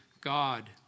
God